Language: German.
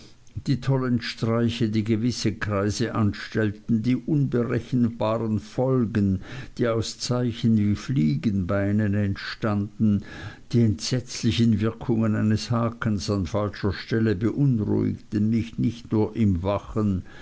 die tollen streiche die gewisse kreise anstellten die unberechenbaren folgen die aus zeichen wie fliegenbeinen entstanden die entsetzlichen wirkungen eines hakens an falscher stelle beunruhigten mich nicht nur im wachen